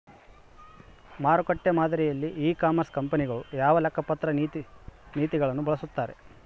ಮಾರುಕಟ್ಟೆ ಮಾದರಿಯಲ್ಲಿ e commerce ಕಂಪನಿಗಳು ಯಾವ ಲೆಕ್ಕಪತ್ರ ನೇತಿಗಳನ್ನು ಬಳಸುತ್ತಾರೆ?